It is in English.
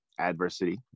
adversity